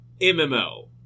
MMO